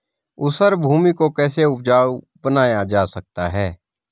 ऊसर भूमि को कैसे उपजाऊ बनाया जा सकता है?